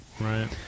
Right